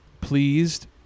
pleased